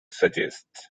suggests